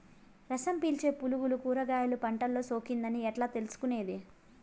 రసం పీల్చే పులుగులు కూరగాయలు పంటలో సోకింది అని ఎట్లా తెలుసుకునేది?